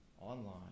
online